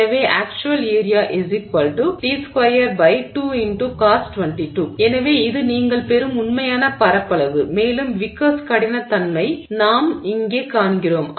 எனவே Actual Area 2 ×Cos 22 எனவே இது நீங்கள் பெறும் உண்மையான பரப்பளவு மேலும் விக்கர்ஸ் கடினத்தன்மை விசைபரப்பளவு நாம் இங்கே காண்கிறோம்